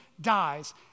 dies